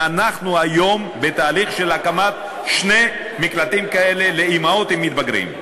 ואנחנו היום בתהליך של הקמת שני מקלטים כאלה לאימהות עם מתבגרים.